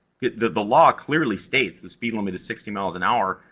the the law clearly states the speed limit is sixty miles an hour,